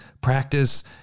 practice